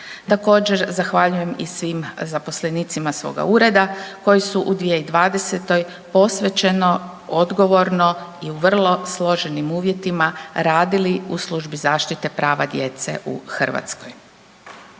Također, zahvaljujem i svim zaposlenicima svoga ureda koji su u 2020. posvećeno, odgovorno i vrlo složenim uvjetima radili u službi zaštite prava djece u Hrvatskoj.